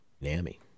NAMI